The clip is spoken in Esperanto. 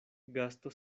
gasto